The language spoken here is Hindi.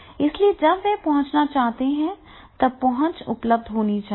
इसलिए जब वे पहुंचना चाहते हैं तब पहुंच उपलब्ध होनी चाहिए